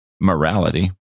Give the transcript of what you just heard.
morality